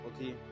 Okay